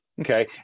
Okay